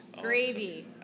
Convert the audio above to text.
gravy